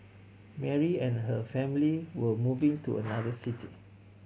Mary and her family were moving to another city